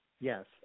Yes